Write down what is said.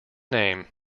name